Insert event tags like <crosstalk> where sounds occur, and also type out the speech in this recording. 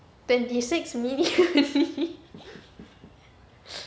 twenty six minute only <laughs>